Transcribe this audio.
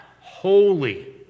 Holy